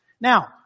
Now